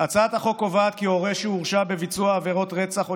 הצעת החוק קובעת כי הורה שהורשע בביצוע עבירת רצח או